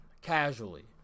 casually